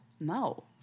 No